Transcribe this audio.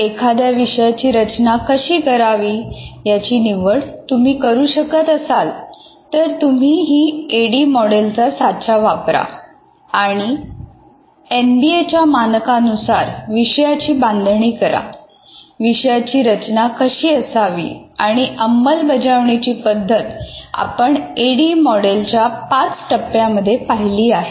एखाद्या विषयाची रचना कशी करावी याची निवड तुम्ही ही करू शकत असाल तर तुम्ही ही एडी मॉडेलचा साचा वापरा आणि एनबीए च्या मानकांनुसार विषयाची बांधणी करा विषयाची रचना कशी असावी आणि अंमलबजावणीची पद्धत आपण एडी मॉडेलच्या पाच टप्प्यांमध्ये पाहिली आहे